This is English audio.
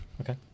okay